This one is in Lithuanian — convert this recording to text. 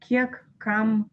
kiek kam